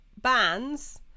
bands